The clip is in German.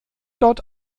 dort